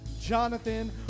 Jonathan